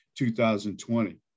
2020